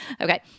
Okay